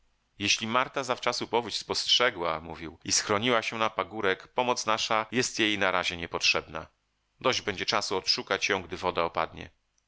jeśli marta zawczasu powódź spostrzegła mówił i schroniła się na pagórek pomoc nasza jest jej na razie niepotrzebna dość będzie czasu odszukać ją gdy woda opadnie